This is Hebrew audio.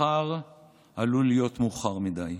מחר עלול להיות מאוחר מדי.